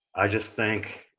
i just think